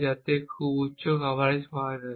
যাতে একটি খুব উচ্চ কভারেজ পাওয়া যায়